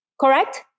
Correct